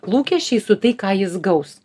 lūkesčiai su tai ką jis gaus